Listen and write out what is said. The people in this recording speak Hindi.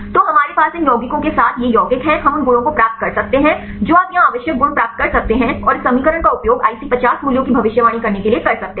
तो हमारे पास इन यौगिकों के साथ ये यौगिक हैं हम उन गुणों को प्राप्त कर सकते हैं जो आप यहां आवश्यक गुण प्राप्त कर सकते हैं और इस समीकरण का उपयोग IC50 मूल्यों की भविष्यवाणी करने के लिए कर सकते हैं